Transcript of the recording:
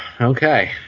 Okay